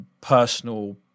personal